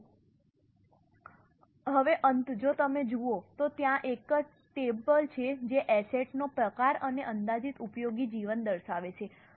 હવે અંતે જો તમે જુઓ તો ત્યાં એક ટેબલ છે જે એસેટ નો પ્રકાર અને અંદાજિત ઉપયોગી જીવન દર્શાવે છે